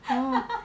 hor